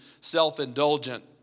self-indulgent